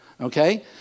okay